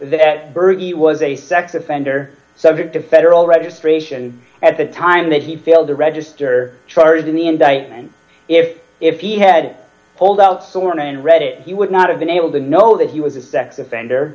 that birdie was a sex offender subject to federal registration at the time that he failed to register charges in the indictment if if he had pulled out someone and read it he would not have been able to know that he was a sex offender